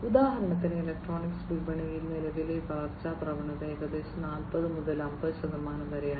ഉദാഹരണത്തിന് ഇലക്ട്രോണിക്സ് വിപണിയിൽ നിലവിലെ വളർച്ചാ പ്രവണത ഏകദേശം 40 മുതൽ 50 ശതമാനം വരെയാണ്